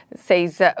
says